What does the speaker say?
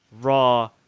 raw